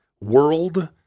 world